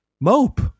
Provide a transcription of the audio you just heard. mope